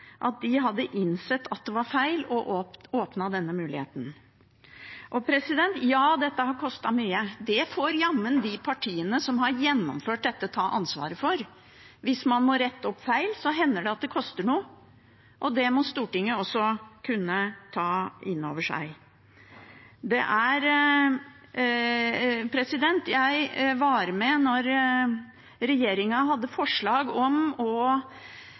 hadde innsett at det var feil, og åpnet denne muligheten. Ja, dette har kostet mye, men det får jammen de partiene som har gjennomført dette, ta ansvaret for. Hvis man må rette opp feil, hender det at det koster noe, og det må Stortinget også kunne ta inn over seg. Jeg var med da regjeringen hadde et forslag om å